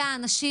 זה האנשים.